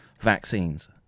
vaccines